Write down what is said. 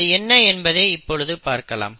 அது என்ன என்பதை இப்பொழுது பார்க்கலாம்